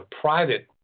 private